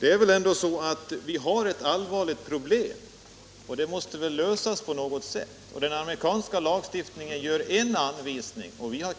Det är väl ändå så att vi har ett allvarligt problem och att det måste lösas på något sätt. Den amerikanska lagstiftningen ger en anvisning, och vi har